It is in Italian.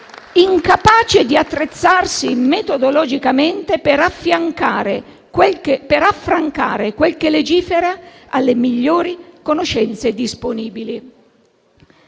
incapace di attrezzarsi metodologicamente per affrancare quello su cui legifera alle migliori conoscenze disponibili.